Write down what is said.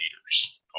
leaders